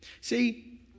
See